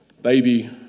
baby